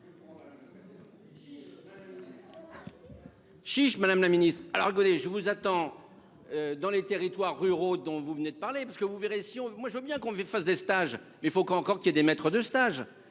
Chiche, Madame la Ministre, alors je vous attends dans les territoires ruraux dont vous venez de parler parce que vous verrez si moi je veux bien qu'on lui fasse des stages, il faut qu'encore qu'il y ait des maîtres de stage,